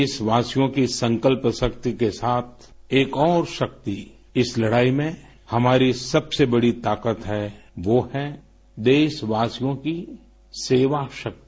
देशवासियों की संकल्पशक्ति के साथ एक और शक्ति इस लड़ाई में हमारी सबसे बड़ी ताकत है वो है देशवासियों की सेवाशक्ति